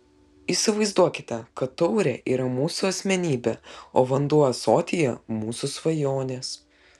įsivaizduokite kad taurė yra mūsų asmenybė o vanduo ąsotyje mūsų svajonės